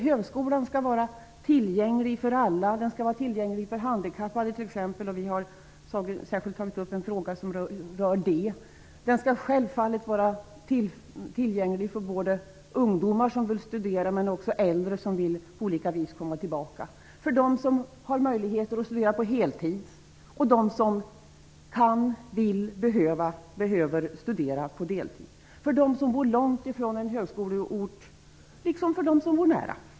Högskolan skall vara tillgänglig för alla. Den skall vara tillgänglig för exempelvis handikappade, vilket vi särskilt har tagit upp. Självfallet skall den vara tillgänglig för ungdomar som vill studera, för äldre som av olika skäl vill återgå till utbildning, för dem som har möjlighet att studera på heltid, för dem som kan, vill och behöver studera på deltid, för dem som bor långt ifrån en högskoleort liksom för dem som bor nära.